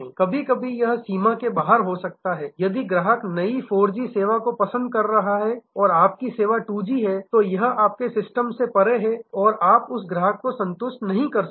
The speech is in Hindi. कभी कभी यह सीमा के बाहर हो सकता है यदि ग्राहक नई 4 जी सेवा को पसंद कर रहा है और आपकी सेवा 2 जी है तो यह आपके सिस्टम से परे है आप उस ग्राहक को संतुष्ट नहीं कर सकते